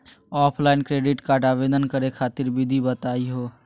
Offline credit card आवेदन करे खातिर विधि बताही हो?